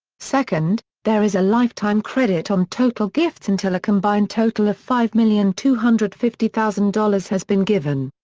second, there is a lifetime credit on total gifts until a combined total of five million two hundred and fifty thousand dollars has been given.